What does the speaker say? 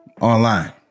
Online